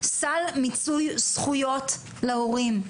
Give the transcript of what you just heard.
סל מיצוי זכויות להורים.